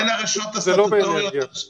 בין הרשויות הסטטוטוריות ל --- זה לא באנרגיה.